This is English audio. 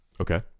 Okay